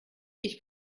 ich